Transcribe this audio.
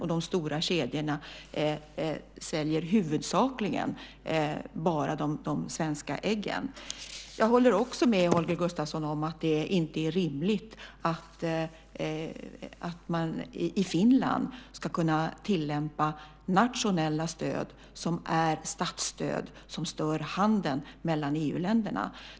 Och de stora kedjorna säljer huvudsakligen bara de svenska äggen. Jag håller också med Holger Gustafsson om att det inte är rimligt att man i Finland ska kunna tillämpa nationella stöd som är statsstöd och som stör handeln mellan EU-länderna.